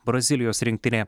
brazilijos rinktinė